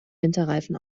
winterreifen